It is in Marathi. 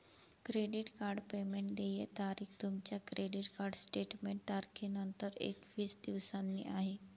क्रेडिट कार्ड पेमेंट देय तारीख तुमच्या क्रेडिट कार्ड स्टेटमेंट तारखेनंतर एकवीस दिवसांनी आहे